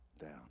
down